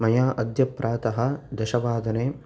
मया अद्य प्रातः दशवादने